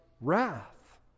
Wrath